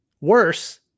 worse